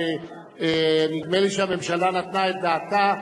אנחנו מייד הולכים להצביע.